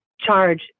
charge